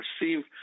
receive